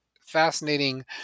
fascinating